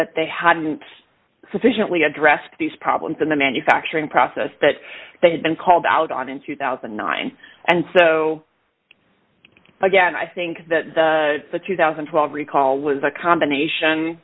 that they hadn't sufficiently addressed these problems in the manufacturing process that they had been called out on in two thousand and nine and so again i think that the two thousand and twelve recall is a combination